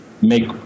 make